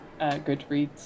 Goodreads